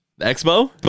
Expo